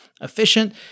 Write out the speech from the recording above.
efficient